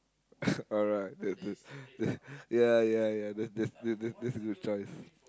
alright that the ya ya ya that's that's that's a good choice